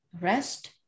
rest